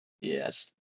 Yes